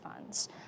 funds